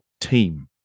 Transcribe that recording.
team